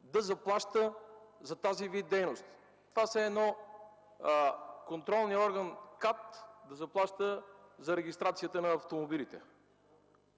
да заплаща за този вид дейност. Това е все едно контролният орган КАТ да заплаща за регистрацията на автомобилите.